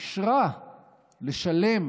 אישרה לשלם